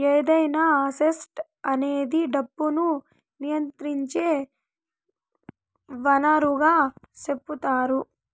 ఏదైనా అసెట్ అనేది డబ్బును నియంత్రించే వనరుగా సెపుతారు